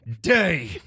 day